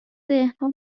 ذهنها